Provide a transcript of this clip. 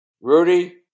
Rudy